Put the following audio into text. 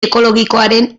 ekologikoaren